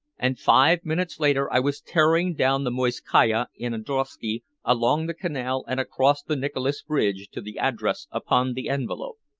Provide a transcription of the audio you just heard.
and five minutes later i was tearing down the morskaya in a drosky along the canal and across the nicholas bridge to the address upon the envelope.